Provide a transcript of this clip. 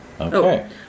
Okay